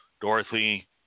Dorothy